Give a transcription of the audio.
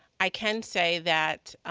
i can say that